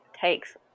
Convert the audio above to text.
takes